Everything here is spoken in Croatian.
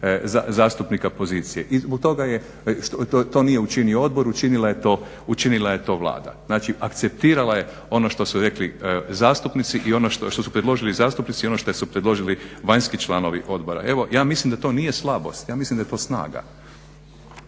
zbog toga je, to nije učinio odbor učinila je to Vlada. Znači akceptirala je ono što su predložili zastupnici i ono što su predložili zastupnici i ono što je su predložili vanjski članovi odbora. Evo ja mislim da to nije slabost, ja mislim da je to snaga.